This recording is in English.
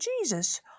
Jesus